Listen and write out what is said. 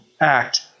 act